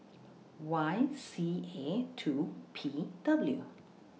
Y C A two P W